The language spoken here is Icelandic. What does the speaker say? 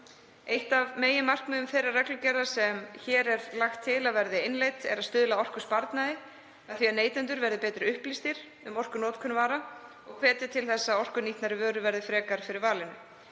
Eitt af meginmarkmiðum þeirrar reglugerðar sem hér er lagt til að verði innleidd er að stuðla að orkusparnaði, að því að neytendur verði betur upplýstir um orkunotkun vara og að hvetja til þess að orkunýtnari vörur verði frekar fyrir valinu.